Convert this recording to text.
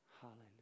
Hallelujah